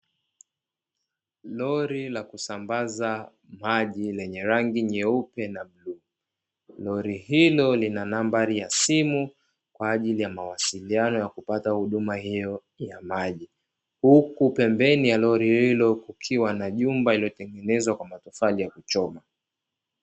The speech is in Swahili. Lori la kusambaza maji lenye rangi ya nyeupe na bluu, lori hilo lina nambari ya simu kwaajili ya mawasiliano ya kupata huduma hiyo ya maji, huku pembeni ya lori hilo kukiwa na jumba lililo tengenezwa na matofali ya kuchoma.